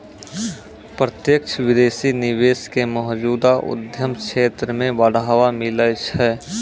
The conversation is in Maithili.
प्रत्यक्ष विदेशी निवेश क मौजूदा उद्यम क्षेत्र म बढ़ावा मिलै छै